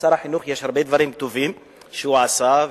לשר החינוך יש הרבה דברים טובים שהוא עשה,